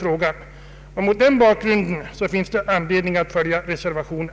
Mot den av mig angivna bakgrunden finns det anledning att följa reservationen.